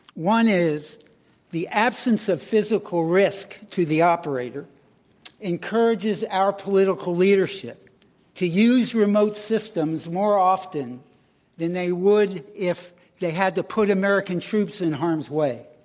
one is that the absence of physical risk to the operator encourages our political leadership to use remote systems more often than they would if they had to put american troops in harm's way.